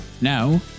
Now